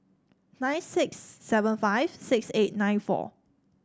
nine six seven five six eight nine four